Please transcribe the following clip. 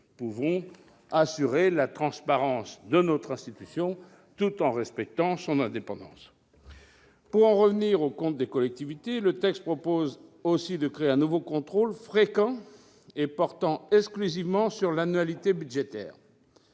Nous devons assurer la transparence de notre institution, tout en respectant son indépendance. J'en reviens aux comptes des collectivités. Le texte vise également à créer un nouveau contrôle, fréquent et portant exclusivement sur l'annualité budgétaire.